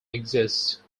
exist